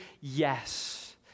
Yes